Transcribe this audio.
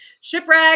Shipwreck